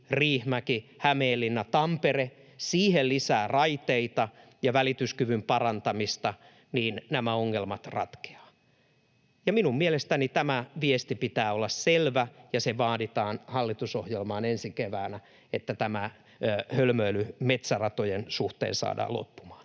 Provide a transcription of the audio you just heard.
Helsinki—Riihimäki—Hämeenlinna—Tampere. Siihen lisää raiteita ja välityskyvyn parantamista, ja nämä ongelmat ratkeavat. Ja minun mielestäni tämän viestin pitää olla selvä, ja se vaaditaan hallitusohjelmaan ensi keväänä, että tämä hölmöily metsäratojen suhteen saadaan loppumaan.